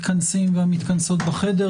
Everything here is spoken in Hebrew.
צוהריים טובים לכל המתכנסים והמתכנסות בחדר,